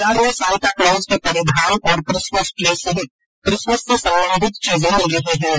बाजार में Santa Claus के परिधान और किसमस ट्री सहित किसमस से संबंधित चीजे मिल रही है